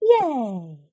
Yay